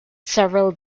several